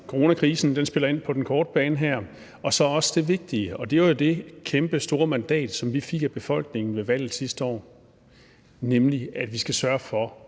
coronakrisen ind på den korte bane, og så er der også det vigtige – og det er jo i forhold til det kæmpestore mandat, som vi fik af befolkningen ved valget sidste år – nemlig at vi skal sørge for